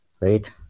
right